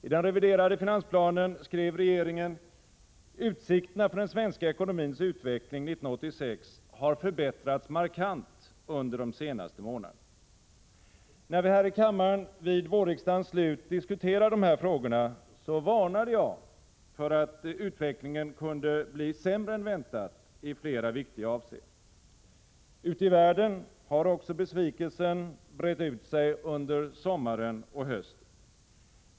I den reviderade finansplanen skrev regeringen: ”Utsikterna för den svenska ekonomins utveckling 1986 har förbättrats markant under de senaste månaderna.” När vi här i kammaren vid vårriksdagens slut diskuterade dessa frågor varnade jag dock för att utvecklingen kunde bli sämre än väntat i flera viktiga avseenden. Ute i världen har också besvikelsen brett ut sig under sommaren och hösten.